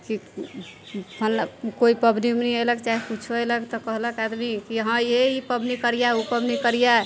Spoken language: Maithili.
फलना कोइ पबनी उबनी एलक चाहे कुछो एलक तऽ कहलक आदमी हँ ई पबनी करियै उ पबनी करिये